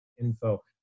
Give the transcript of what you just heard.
info